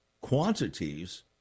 quantities